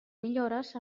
millores